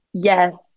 Yes